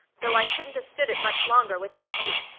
though i couldn't a-stood it much longer without you.